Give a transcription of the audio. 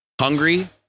hungry